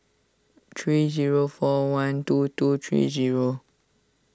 three zero four one two two three zero